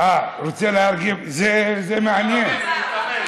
זה מעניין.